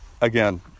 again